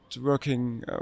working